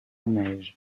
neige